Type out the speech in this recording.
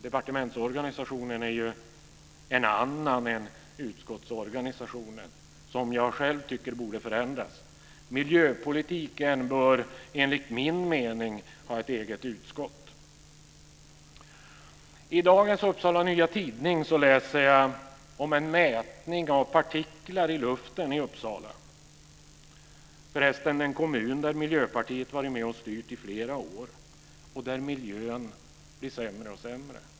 Departementsorganisationen är ju en annan än utskottsorganisationen, som jag själv tycker borde förändras. Miljöpolitiken bör, enligt min mening, ha ett eget utskott. I dagens Upsala Nya Tidning läser jag om en mätning av partiklar i luften i Uppsala, förresten en kommun där Miljöpartiet har varit med och styrt i flera år och där miljön blir sämre och sämre.